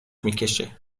میکشه